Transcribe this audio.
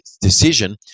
decision